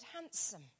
handsome